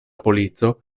polico